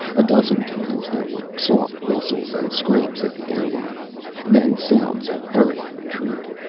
a dozen times there were soft rustles and scrapes at the airlock then sounds of hurried retreat.